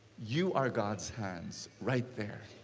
you are god's hands right there.